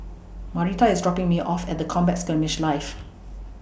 Marita IS dropping Me off At The Combat Skirmish Live